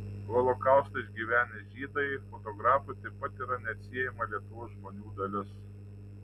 holokaustą išgyvenę žydai fotografui taip pat yra neatsiejama lietuvos žmonių dalis